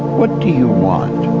what do you want?